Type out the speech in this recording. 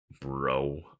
bro